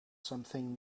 something